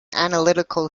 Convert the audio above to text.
analytical